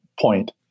point